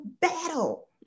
battle